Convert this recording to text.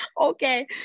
Okay